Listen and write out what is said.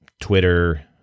Twitter